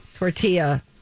Tortilla